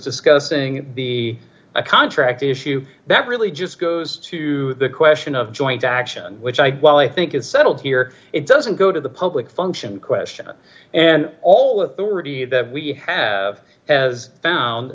discussing the contract issue that really just goes to the question of joint action which i well i think it's settled here it doesn't go to the public function question and all authority that we have as sound